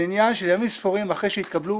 זה עניין של ימים ספורים אחרי שיתקבלו